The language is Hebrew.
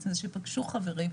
עצם זה שפגשו חברים,